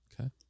Okay